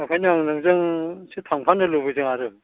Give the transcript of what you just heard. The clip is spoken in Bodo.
बेखायनो आं नोंजोंसो थांफानो लुबैदों आरो